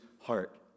heart